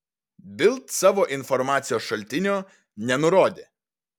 bild savo informacijos šaltinio nenurodė